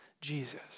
Jesus